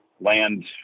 land